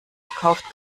kauft